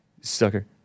Sucker